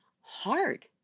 hard